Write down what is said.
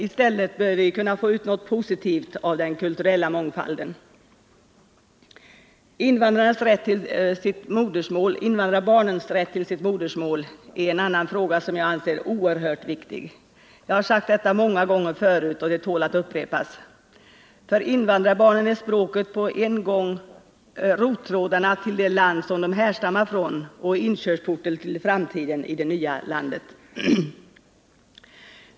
I stället bör vi kunna få ut något positivt av den kulturella mångfalden. Invandrarbarnens rätt till sitt modersmål är en annan fråga som jag anser oerhört viktig. Jag har sagt detta många gånger förut, men det tål att upprepas. För invandrarbarnen är språket på en gång rottrådarna till det land som de härstammar från och inkörsporten till framtiden i det nya hemlandet.